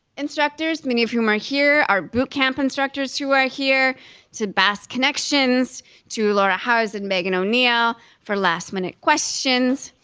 instructors, many of whom are here, our boot camp instructors who are here to bass connections to laura house and megan o'neill for last minute questions.